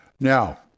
Now